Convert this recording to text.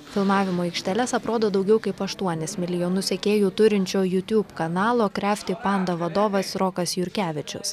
filmavimo aikšteles aprodo daugiau kaip aštuonis milijonus sekėjų turinčio youtube kanalo crafty panda vadovas rokas jurkevičius